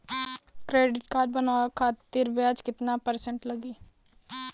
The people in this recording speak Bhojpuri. क्रेडिट कार्ड बनवाने खातिर ब्याज कितना परसेंट लगी?